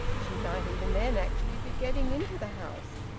she might even then actually be getting into the house!